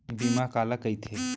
बीमा काला कइथे?